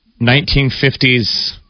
1950s